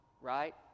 Right